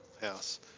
house